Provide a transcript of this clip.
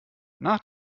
nach